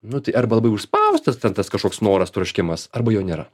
nu tai arba labai užspaustas ten tas kažkoks noras troškimas arba jo nėra